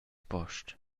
post